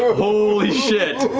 holy shit.